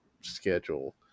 schedule